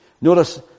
Notice